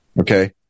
Okay